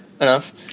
enough